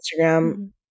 Instagram